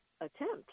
attempt